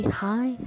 hi